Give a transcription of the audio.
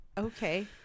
okay